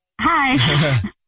Hi